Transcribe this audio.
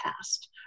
past